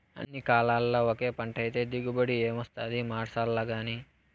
అన్ని కాలాల్ల ఒకే పంటైతే దిగుబడి ఏమొస్తాది మార్సాల్లగానీ